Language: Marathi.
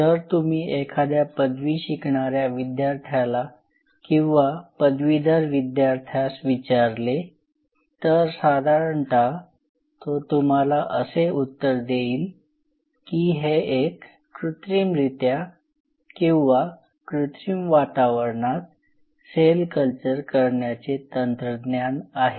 जर तुम्ही एखाद्या पदवी शिकणाऱ्या विद्यार्थ्याला किंवा पदवीधर विद्यार्थ्यास विचारले तर साधारणतः तो तुम्हाला असे उत्तर देईल की हे एक कृत्रिमरित्या किंवा कृत्रिम वातावरणात सेल कल्चर करण्याचे तंत्रज्ञान आहे